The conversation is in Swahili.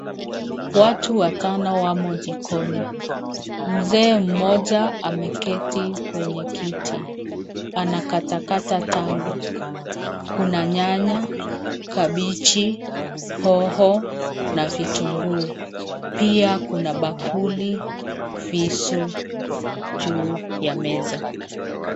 Watu watano wamo jikoni, mzee mmoja ameketi kwenye kiti, anakatakata tango. Kuna nyanya, kabeji, hoho na vitunguu. Pia kuna bakuli, visu juu ya meza.